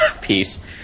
Peace